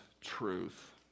truth